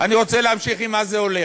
רוצה להמשיך, עם מה זה הולך?